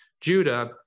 Judah